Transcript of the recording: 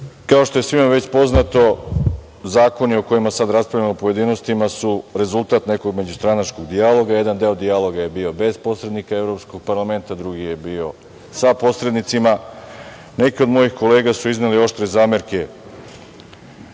što je svima već poznato, zakoni o kojima sada raspravljamo u pojedinostima su rezultat nekog međustranačkog dijaloga. Jedan deo dijaloga je bio bez posrednika Evropskog parlamenta, a drugi je bio sa posrednicima. Neke od mojih kolega su iznele oštre zamerke